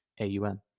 AUM